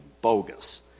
bogus